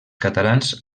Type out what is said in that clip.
catalans